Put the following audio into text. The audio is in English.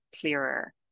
clearer